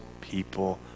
people